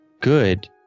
good